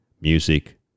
music